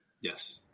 Yes